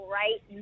right